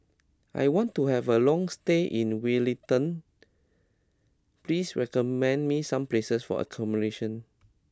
I want to have a long stay in Wellington please recommend me some places for accommodation